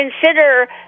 consider